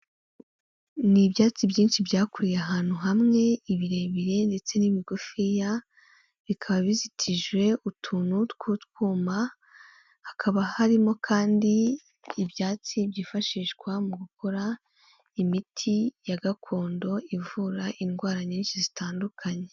Ni ibyatsi byinshi byakuruye ahantu hamwe ibirebire ndetse n'imigufiya, bikaba bizitije utuntu tw'utwuma, hakaba harimo kandi ibyatsi byifashishwa mu gukora imiti ya gakondo, ivura indwara nyinshi zitandukanye.